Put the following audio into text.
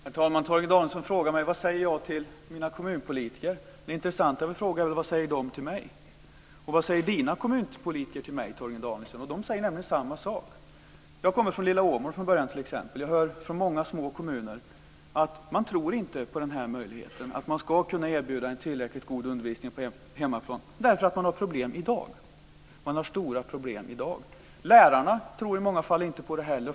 Herr talman! Torgny Danielsson frågar mig vad jag säger till mina kommunpolitiker. Det intressanta är väl att fråga vad de säger till mig? Och vad säger Torgny Danielssons kommunpolitiker till mig? De säger nämligen samma sak. Jag kommer t.ex. från lilla Åmål från början. Jag hör från många små kommuner att man inte tror på möjligheten att man ska kunna erbjuda en tillräckligt god undervisning på hemmaplan, därför att man har problem i dag. Man har stora problem i dag. Lärarna tror i många fall inte på det heller.